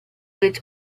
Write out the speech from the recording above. bit